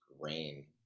rain